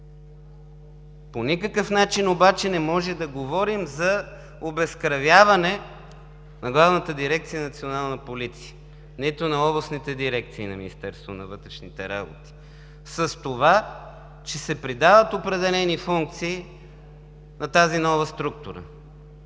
По никакъв начин обаче не може да говорим за обезкървяване на Главната дирекция „Национална полиция“, нито на областните дирекции на Министерството на вътрешните работи с това, че се придават определени функции на тази нова структура.